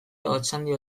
otxandio